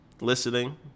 listening